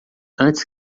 antes